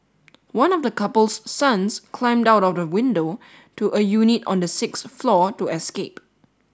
one of the couple's sons climbed out of the window to a unit on the sixth floor to escape